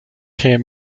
care